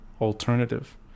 alternative